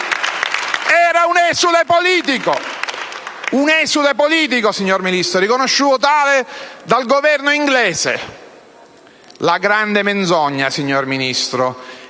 Era un esule politico, signor Ministro, riconosciuto tale dal Governo inglese. La grande menzogna che si